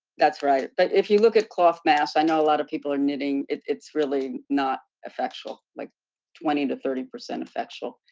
that's right. but if you look at cloth masks, i know a lot of people are knitting. it's really not effectual like twenty to thirty percent effectual.